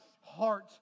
heart